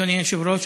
אדוני היושב-ראש,